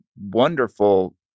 wonderful